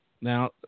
Now